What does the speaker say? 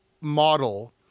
model